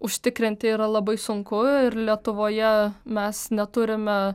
užtikrinti yra labai sunku ir lietuvoje mes neturime